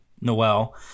Noel